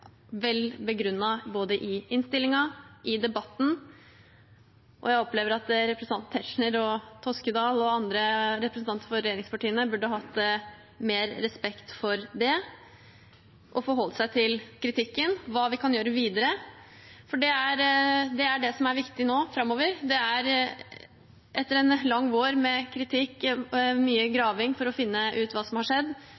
vel begrunnet i både innstillingen og debatten. Jeg opplever at representanten Tetzschner, representanten Toskedal og andre representanter for regjeringspartiene burde hatt mer respekt for det og forholdt seg til kritikken og hva vi kan gjøre videre. Det er det som er viktig nå framover. Etter en lang vår med kritikk og mye